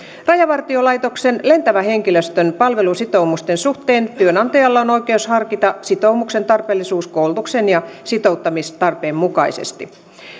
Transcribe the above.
rajavartiolaitoksen lentävän henkilöstön palvelusitoumusten suhteen työnantajalla on oikeus harkita sitoumuksen tarpeellisuus koulutuksen ja sitouttamistarpeen mukaisesti